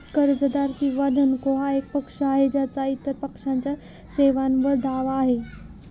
कर्जदार किंवा धनको हा एक पक्ष आहे ज्याचा इतर पक्षाच्या सेवांवर दावा आहे